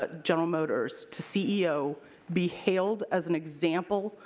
but general motors to ceo be hailed as an example?